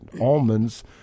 almonds